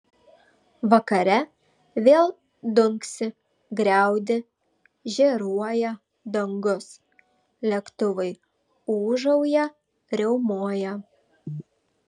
vakare vėl dunksi griaudi žėruoja dangus lėktuvai ūžauja riaumoja